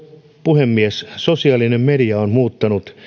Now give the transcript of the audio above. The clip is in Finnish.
puhemies sosiaalinen media on muuttanut